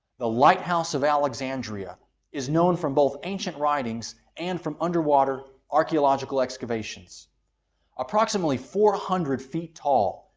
the lighthouse of alexandria is known from both ancient writings and from underwater archaeological excavations approximately four hundred feet tall,